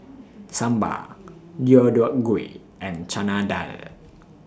Sambar Deodeok Gui and Chana Dal